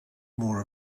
more